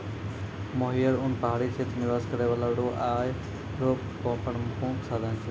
मोहियर उन पहाड़ी क्षेत्र निवास करै बाला रो आय रो प्रामुख साधन छै